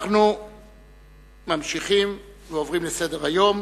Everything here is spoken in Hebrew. אנחנו ממשיכים ועוברים לסדר-היום.